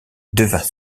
devint